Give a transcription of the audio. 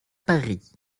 paris